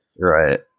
right